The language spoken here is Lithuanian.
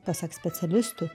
pasak specialistų